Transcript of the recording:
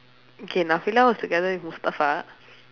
okay was together with mustafa